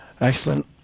Excellent